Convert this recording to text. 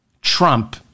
Trump